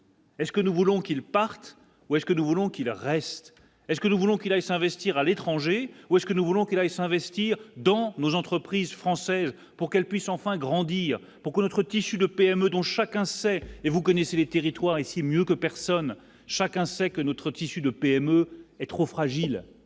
Est ce que nous voulons qu'il parte ou est-ce que nous voulons qu'il reste est-ce que nous voulons qu'il aille s'investir à l'étranger ou est-ce que nous voulons qu'il aille s'investir dans nos entreprises françaises pour qu'elles puissent enfin grandir pourquoi notre tissu de PME, dont chacun sait et vous connaissez les territoires ici mieux que personne, chacun sait que notre tissu de PME et trop fragile